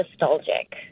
nostalgic